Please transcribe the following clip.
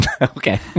Okay